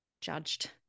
judged